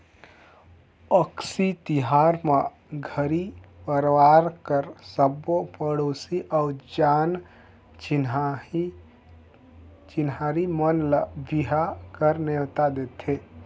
अक्ती तिहार म घरी परवार कर सबो पड़ोसी अउ जान चिन्हारी मन ल बिहा कर नेवता देथे